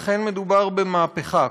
אכן מדובר במהפכה.